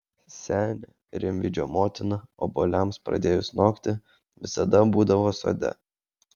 senė rimydžio motina obuoliams pradėjus nokti visada būdavo sode